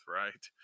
right